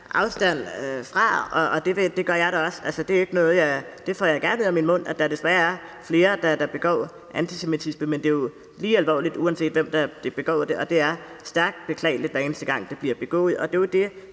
afstand fra, og det gør jeg da også. Jeg får gerne over mine læber, at der desværre er flere, der begår antisemitiske handlinger, men det er jo lige alvorligt, uanset hvem der begår dem. Det er stærkt beklageligt, hver eneste gang det bliver begået. Det er jo det,